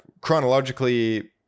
chronologically –